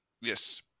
Yes